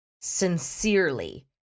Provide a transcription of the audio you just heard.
sincerely